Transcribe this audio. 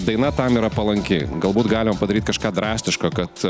daina tam yra palanki galbūt galima padaryti kažką drastiško kad